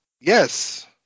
Yes